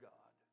God